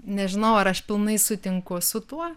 nežinau ar aš pilnai sutinku su tuo